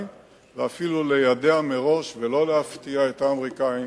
ואפילו ליידע מראש ולא להפתיע את האמריקנים,